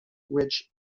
which